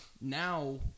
Now